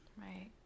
right